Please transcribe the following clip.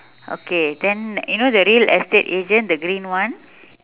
okay then you know the real estate agent the green one